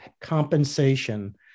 compensation